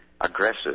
aggressive